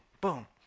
boom